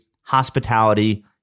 hospitality